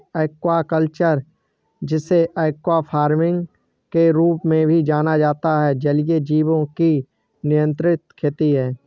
aquaculture, जिसे aqua farming के रूप में भी जाना जाता है, जलीय जीवों की नियंत्रित खेती है